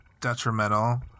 detrimental